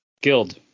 guild